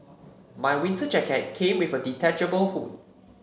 my winter jacket came with a detachable hood